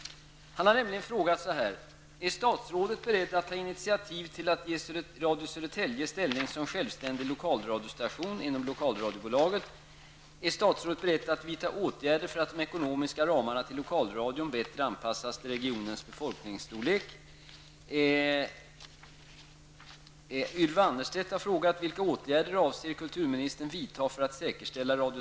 Pär Granstedt har nämligen frågat: Är statsrådet beredd att ta initiativ till att ge Radio Södertälje ställning som självständig lokalradiostation inom lokalradiobolaget? Vidare har han frågat: Är statsrådet beredd att vidta åtgärder för att de ekonomiska ramarna till lokalradion i Stockholms län bättre anpassas till regionens befolkningsstorlek?